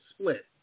split